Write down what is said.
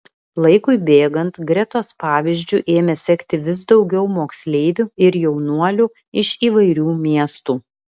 laikui bėgant gretos pavyzdžiu ėmė sekti vis daugiau moksleivių ir jaunuolių iš įvairių miestų